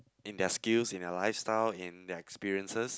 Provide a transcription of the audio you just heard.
in their skills in their lifestyle in their experiences